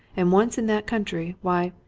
and once in that country, why,